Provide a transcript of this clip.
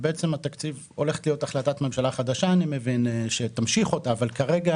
אני מבין שהולכת להיות החלטת ממשלה חדשה שתמשיך אותה אבל כרגע